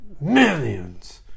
millions